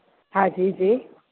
हा हा जी जी